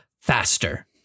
faster